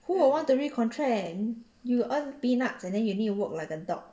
who would want to recontract you earn peanuts and then you need to work like a dog